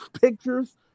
pictures